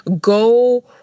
Go